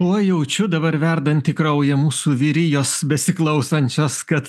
oi jaučiu dabar verdantį kraują mūsų vyrijos besiklausančios kad